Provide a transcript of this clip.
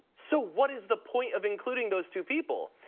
so what is the point of including those two people,